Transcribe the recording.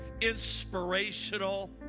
inspirational